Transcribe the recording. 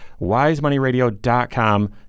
Wisemoneyradio.com